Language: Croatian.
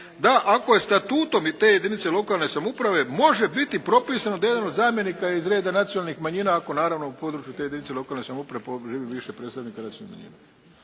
da ako je statutom i te jedinice lokalne samouprave može biti propisano da jedan od zamjenika iz reda nacionalnih manjina ako naravno u području te jedinice lokalne samouprave živi više predstavnika nacionalnih manjina.